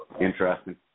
Interesting